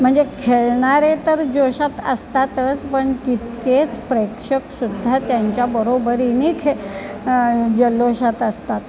म्हणजे खेळणारे तर जोशात असतातच पण तितकेच प्रेक्षक सुद्धा त्यांच्या बरोबरीने खे जल्लोषात असतात